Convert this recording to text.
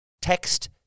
text